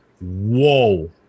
Whoa